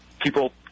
people